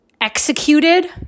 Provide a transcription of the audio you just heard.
executed